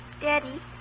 Daddy